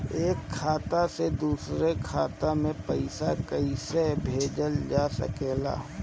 एक खाता से दूसरे खाता मे पइसा कईसे भेजल जा सकेला?